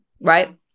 right